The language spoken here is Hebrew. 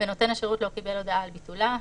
ונותן השירות לא קיבל הודעה על ביטולה,